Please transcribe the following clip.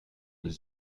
des